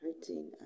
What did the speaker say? hurting